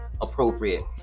appropriate